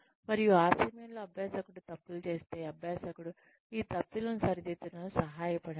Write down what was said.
మరియు ఆ సమయంలో అభ్యాసకుడు తప్పులు చేస్తే అభ్యాసకుడు ఈ తప్పులను సరిదిద్దడంలో సహాయపడండి